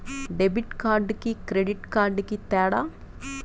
Debit కార్డుకి credit కార్డుకి తేడా?